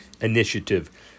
Initiative